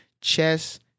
chess